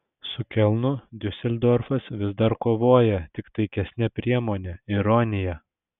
su kelnu diuseldorfas vis dar kovoja tik taikesne priemone ironija